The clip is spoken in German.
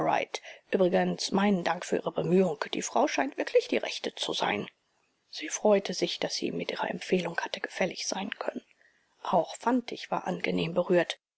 übrigens meinen dank für ihre bemühung die frau scheint wirklich die rechte zu sein sie freute sich daß sie ihm mit ihrer empfehlung hatte gefällig sein können auch fantig war angenehm berührt